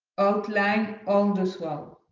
outline on the swirl.